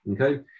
Okay